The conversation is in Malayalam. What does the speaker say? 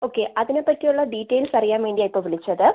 ഓക്കെ അതിനെ പറ്റിയുള്ള ഡീറ്റെയിൽസ് അറിയാൻ വേണ്ടിയാണ് ഇപ്പോൾ വിളിച്ചത്